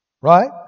Right